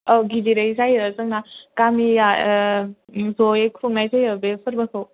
औ गिदिरै जायो जोंना गामिया ज'यै खुंनाय जायो बे फोर्बोखौ